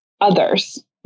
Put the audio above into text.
others